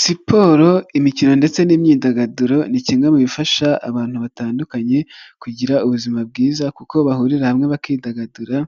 Siporo imikino ndetse n'imyidagaduro, ni kimwe bifasha abantu batandukanye kugira ubuzima bwiza kuko bahurira hamwe bakidagadura,